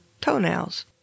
toenails